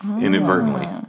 Inadvertently